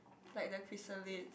like the chrysalis